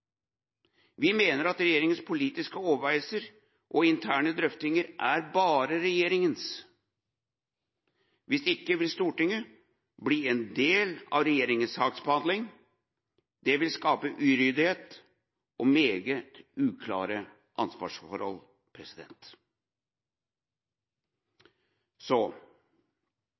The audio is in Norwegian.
Vi mener at regjeringas politiske overveielser og interne drøftinger er bare regjeringas. Hvis ikke vil Stortinget bli en del av regjeringas saksbehandling. Det vil skape uryddighet og meget uklare ansvarsforhold.